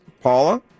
Paula